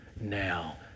Now